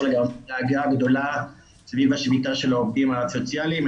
לתמיכה הגדולה סביב השביתה של העובדים הסוציאליים.